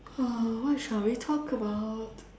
uh what shall we talk about